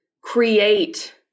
create